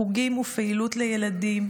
חוגים ופעילות לילדים,